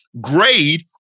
grade